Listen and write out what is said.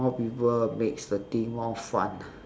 more people makes the thing more fun